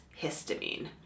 histamine